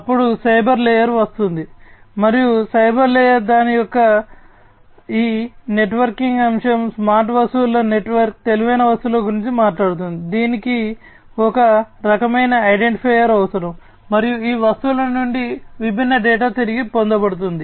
అప్పుడు cyber layer వస్తుంది మరియు సైబర్ లేయర్ దాని యొక్క ఈ నెట్వర్కింగ్ అంశం స్మార్ట్ వస్తువుల నెట్వర్క్ తెలివైన వస్తువుల గురించి మాట్లాడుతోంది దీనికి ఒక రకమైన ఐడెంటిఫైయర్ అవసరం మరియు ఈ వస్తువుల నుండి విభిన్న డేటా తిరిగి పొందబడుతుంది